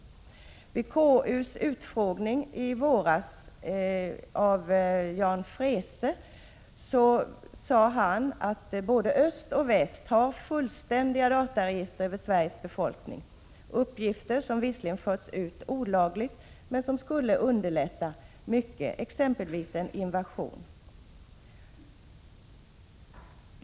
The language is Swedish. Vid KU:s utfrågning i våras av Jan Freese sade denne att både öst och väst har fullständiga dataregister över Sveriges befolkning — uppgifter som visserligen förts ut ur landet olagligt men som skulle underlätta mycket, exempelvis en invasion.